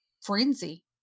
frenzy